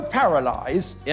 paralyzed